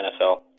NFL